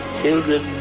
children